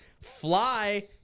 fly